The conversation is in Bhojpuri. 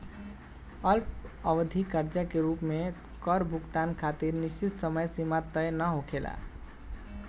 अल्पअवधि कर्जा के रूप में कर भुगतान खातिर निश्चित समय सीमा तय ना होखेला